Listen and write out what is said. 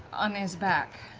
on his back.